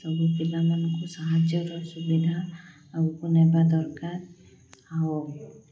ସବୁ ପିଲାମାନଙ୍କୁ ସାହାଯ୍ୟର ସୁବିଧା ଆଗକୁ ନେବା ଦରକାର ଆଉ